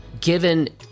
given